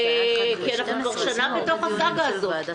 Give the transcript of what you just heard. כי אנחנו כבר שנה בתוך הסאגה הזאת.